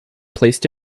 placed